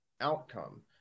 outcome